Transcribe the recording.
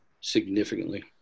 significantly